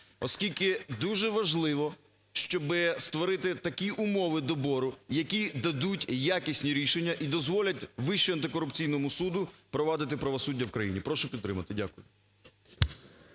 Оскільки дуже важливо, щоб створити такі умови добору, які дадуть якісні рішення і дозволять Вищому антикорупційному суду провадити правосуддя в країні. Прошу підтримати. Дякую.